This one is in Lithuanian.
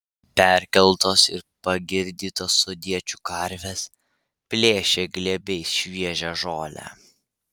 perkeltos ir pagirdytos sodiečių karvės plėšė glėbiais šviežią žolę